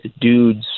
dudes